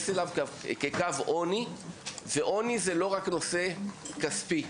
אליו כקו עוני ועוני זה לא רק נושא כספי,